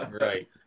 Right